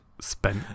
spent